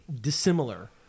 dissimilar